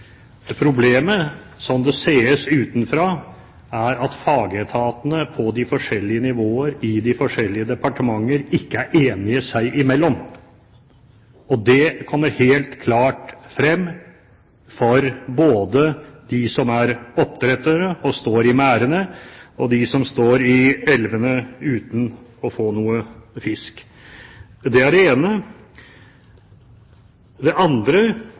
Problemet, slik det ses utenfra, er at fagetatene på de forskjellige nivåer i de forskjellige departementer ikke er enige seg imellom. Det kommer helt klart frem både fra dem som er oppdrettere, og som har fisk i merdene, og fra dem som står i elvene uten å få noen fisk. Det er det ene. Det andre,